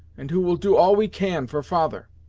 and who will do all we can for father.